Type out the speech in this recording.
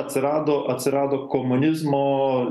atsirado atsirado komunizmo